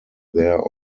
there